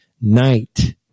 night